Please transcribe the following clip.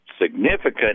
significant